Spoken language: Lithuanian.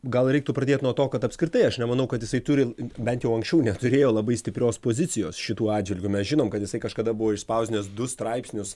gal reiktų pradėt nuo to kad apskritai aš nemanau kad jisai turi bent jau anksčiau neturėjo labai stiprios pozicijos šituo atžvilgiu mes žinom kad jisai kažkada buvo išspausdinęs du straipsnius